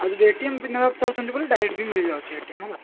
ଆଉ ଯଦି A T M କି ନେବାକୁ ଚାହୁଁଛନ୍ତି ଡାଇରେକ୍ଟ୍ ବି ମିଳିଯାଉଛି ଏ ଟି ଏମ୍ ହେଲା